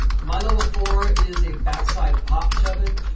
my level four is a back-side pop shove-it.